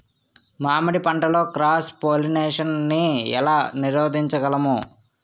మామిడి పంటలో cross pollination నీ ఏల నీరోధించగలము?